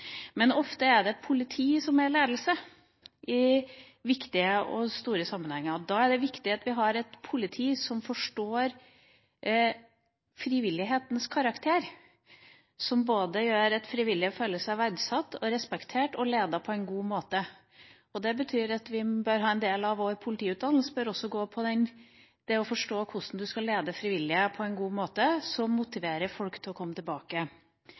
Men ofte er det politiet som har ledelsen i viktige og store sammenhenger. Da er det viktig at vi har et politi som forstår frivillighetens karakter, som gjør at frivillige føler seg verdsatt, respektert og ledet på en god måte. Det betyr at en del av politiutdannelsen også bør omfatte hvordan man skal lede frivillige på en god måte, som motiverer folk til å komme tilbake.